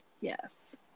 yes